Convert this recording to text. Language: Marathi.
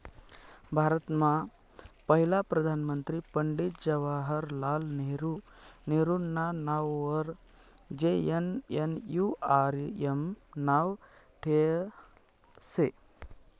भारतमा पहिला प्रधानमंत्री पंडित जवाहरलाल नेहरू नेहरूना नाववर जे.एन.एन.यू.आर.एम नाव ठेयेल शे